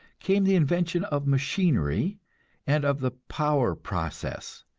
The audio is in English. came the invention of machinery and of the power process.